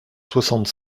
soixante